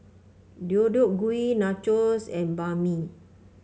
Deodeok Gui Nachos and Banh Mi